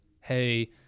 Hey